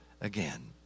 again